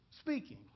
speaking